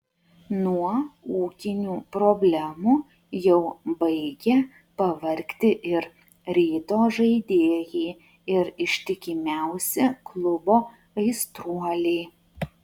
nuo ūkinių problemų jau baigia pavargti ir ryto žaidėjai ir ištikimiausi klubo aistruoliai